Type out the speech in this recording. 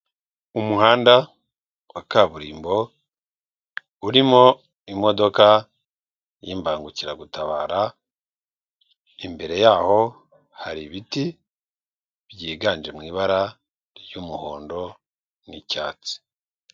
Umuhanda wa kaburimbo urimo imodoka y'imbangukiragutabara, imbere yaho hari ibiti byiganje mu ibara ry'umuhondo n'icyatsi.